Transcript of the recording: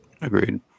Agreed